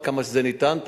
עד כמה שזה אפשרי,